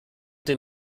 den